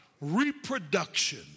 Reproduction